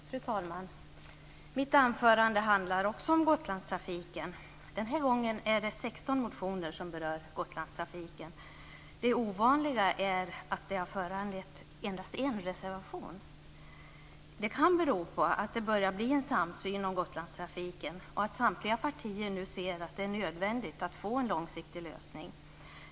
Fru talman! Mitt anförande handlar också om Gotlandstrafiken. Den här gången är det 16 motioner som berör Gotlandstrafiken. Det ovanliga är att de har föranlett endast en reservation. Det kan bero på att det börjar bli en samsyn om Gotlandstrafiken och att samtliga partier nu ser att det är nödvändigt att få en långsiktig lösning.